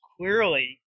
clearly